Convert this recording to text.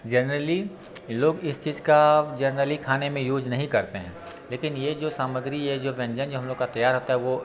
generally लोग इस चीज का जेनरली खाने में यूज़ नहीं करते हैं लेकिन ये जो सामग्री ये जो व्यंजन जो हम लोग का तैयार होता है वो